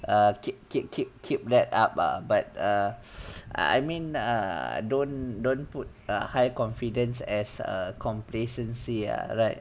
err keep keep keep keep that up err but err I mean err don't don't put a high confidence as a complacency ah right